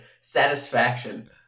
satisfaction